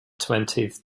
twentieth